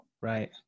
Right